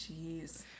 Jeez